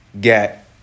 get